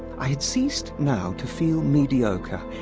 i had ceased now to feel mediocre,